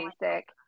basic